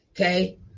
Okay